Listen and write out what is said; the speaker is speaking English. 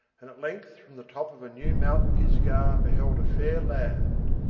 and at length from the top of a new mount pisgah beheld a fair land,